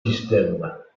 systèmes